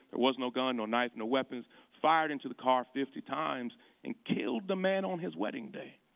there was no gun, no knife, no weapons. fired into the car fifty times and killed the man on his wedding day.